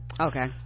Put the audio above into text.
okay